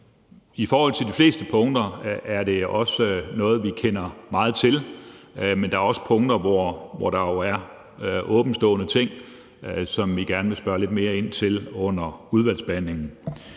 I forhold til de fleste punkter er det også noget, vi kender meget til, men der er også punkter, hvor der er åbentstående ting, som vi gerne vil spørge lidt mere ind til under udvalgsbehandlingen.